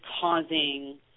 causing